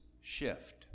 shift